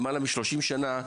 למעלה מ-30 שנה,